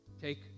Take